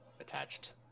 attached